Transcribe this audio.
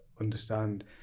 understand